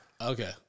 okay